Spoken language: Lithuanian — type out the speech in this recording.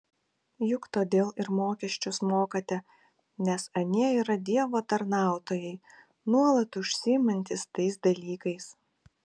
juk todėl ir mokesčius mokate nes anie yra dievo tarnautojai nuolat užsiimantys tais dalykais